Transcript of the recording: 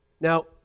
Now